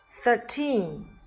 thirteen